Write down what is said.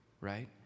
right